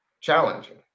challenging